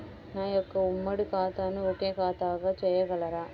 నా యొక్క ఉమ్మడి ఖాతాను ఒకే ఖాతాగా చేయగలరా?